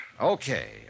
Okay